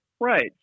Right